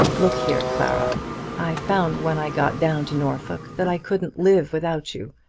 look here, clara i found when i got down to norfolk that i couldn't live without you.